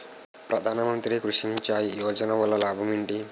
ప్రధాన మంత్రి కృషి సించాయి యోజన వల్ల లాభం ఏంటి?